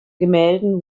gemälden